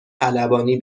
خلبانی